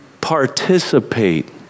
participate